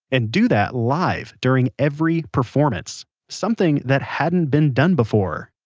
and do that live during every performance, something that hadn't been done before